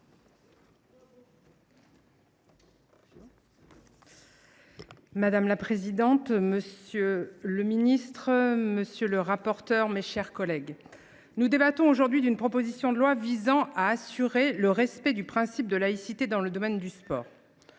Madame la présidente, monsieur le ministre, mes chers collègues, nous débattons aujourd’hui d’une proposition de loi visant à assurer le respect du principe de laïcité dans le domaine du sport.